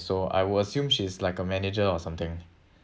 so I will assume she's like a manager or something